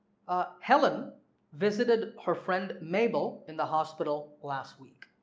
helen visited her friend mabel in the hospital last week